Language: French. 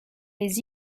les